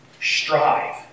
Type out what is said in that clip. Strive